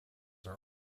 are